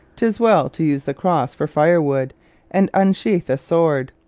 tis well to use the cross for firewood and unsheath a sword.